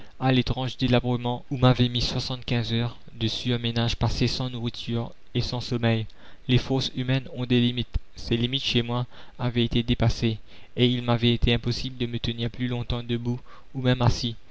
à l'étrange délabrement où m'avaient mis soixante-quinze heures de surmenage passées sans nourriture et sans sommeil les forces humaines ont des limites ces limites chez moi avaient été dépassées et il m'avait été impossible de me tenir plus longtemps debout ou même assis